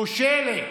כושלת?